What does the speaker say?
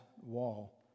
wall